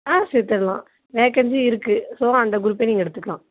ஆ சேர்த்துரலாம் வேக்கென்சி இருக்கு ஸோ அந்த குரூப்பே நீங்கள் எடுத்துக்கலாம்